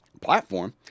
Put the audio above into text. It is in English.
platform